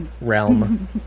realm